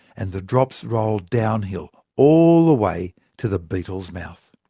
and the drops roll downhill all the way to the beetle's mouth.